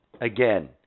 again